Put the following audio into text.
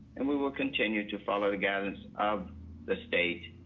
and we will continue to follow the guidance of the state.